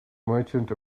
merchant